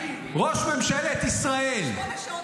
ככה יש להעביר שמונה שעות?